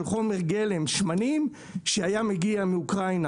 חומר גלם שמנים שהיה מגיע מאוקראינה,